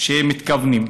שמתכוונים אליה.